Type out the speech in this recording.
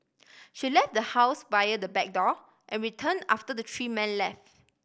she left the house via the back door and return after the three men left